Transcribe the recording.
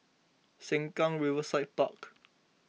Sengkang Riverside Park